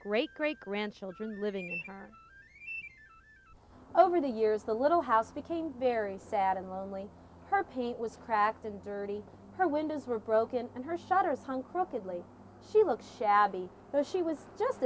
great great grandchildren living in turn over the years the little house became very sad and lonely her paint was cracked and dirty her windows were broken and her shutters hung crookedly she looked shabby but she was just